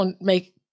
make